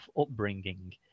upbringing